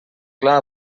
clar